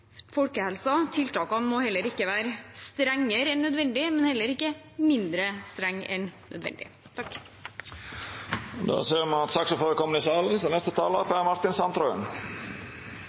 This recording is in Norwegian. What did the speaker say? Tiltakene må ikke være strengere enn nødvendig, men heller ikke mindre strenge enn nødvendig. Då ser me at saksordføraren er komen i salen, så neste talar er Per Martin Sandtrøen.